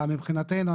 מבחינתנו,